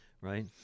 right